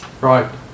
Right